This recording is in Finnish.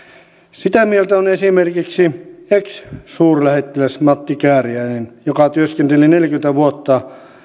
sitä mieltä on esimerkiksi ex suurlähettiläs matti kääriäinen joka työskenteli neljäkymmentä vuotta